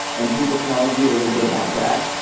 and people can argue a little bit about that,